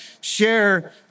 share